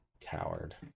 coward